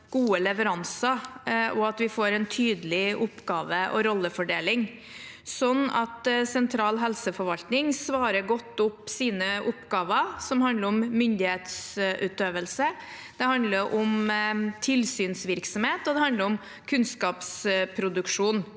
gode leveranser og en tydelig oppgave- og rollefordeling, sånn at sentral helseforvaltning svarer opp sine oppgaver godt. Det handler om myndighetsutøvelse, det handler om tilsynsvirksomhet, og det handler om kunnskapsproduksjon.